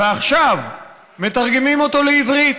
ועכשיו מתרגמים אותו לעברית